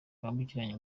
bwambukiranya